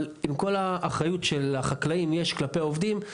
אבל עם כל האחריות שיש לחקלאים כלפי עובדים,